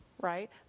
right